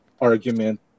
argument